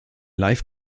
live